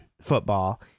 football